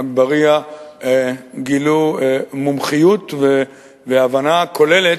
אגבאריה גילו מומחיות והבנה כוללת,